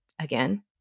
again